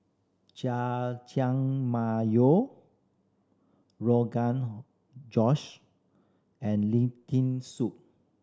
Jajangmyeon Rogan Josh and Lentil Soup